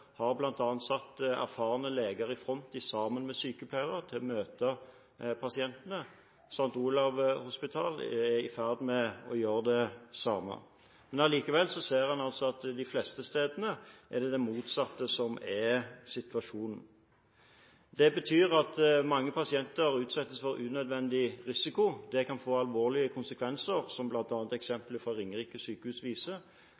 har bl.a. satt erfarne leger i front sammen med sykepleiere til å møte pasientene. St. Olavs Hospital er i ferd med å gjøre det samme. Likevel ser man de fleste steder at det motsatte er situasjonen. Det betyr at mange pasienter utsettes for unødvendig risiko. Det kan få alvorlige konsekvenser, som